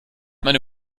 meine